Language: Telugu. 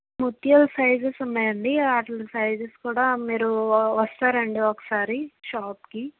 ముత్యాల సైజెస్ ఉన్నాయండి ఆట్లి సైజెస్ కూడా మీరు వస్తారా అండీ ఒకసారి షాప్కి